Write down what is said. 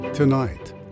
Tonight